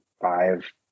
five